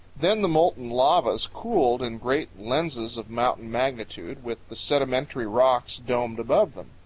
then the molten lavas cooled in great lenses of mountain magnitude, with the sedimentary rocks domed above them.